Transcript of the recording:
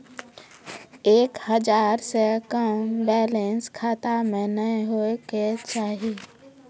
एक हजार से कम बैलेंस खाता मे नैय होय के चाही